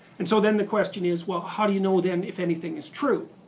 and so then the question is well, how do you know then, if anything is true?